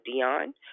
Dion